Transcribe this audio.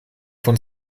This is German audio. von